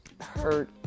hurt